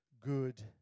good